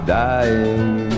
dying